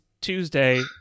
Tuesday